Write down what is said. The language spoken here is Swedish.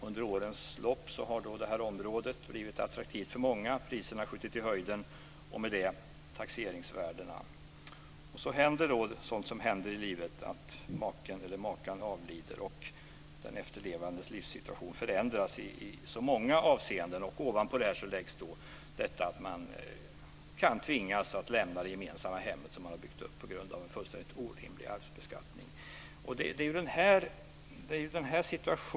Under årens lopp har området där de bor blivit attraktivt för många, så att priserna har skjutit i höjden och med det taxeringsvärdena. Så händer då det som inträffar i livet, att maken eller makan avlider, och den efterlevandes livssituation förändras i många avseenden. Ovanpå detta läggs att man på grund av en fullständigt orimlig arvsbeskattning kan tvingas att lämna det gemensamma hem som man har byggt upp.